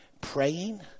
praying